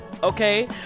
okay